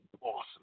awesome